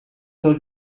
del